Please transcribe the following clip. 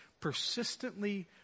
persistently